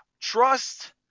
trust